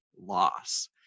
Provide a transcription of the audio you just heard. loss